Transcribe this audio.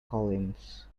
collins